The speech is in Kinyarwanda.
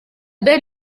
ben